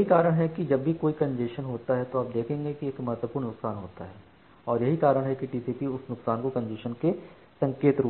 यही कारण है कि जब भी कोई कंजेशन होता है तो आप देखेंगे कि एक महत्वपूर्ण नुकसान होता है और यही कारण है कि टीसीपीउस नुकसान को कंजेशन के संकेत